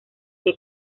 que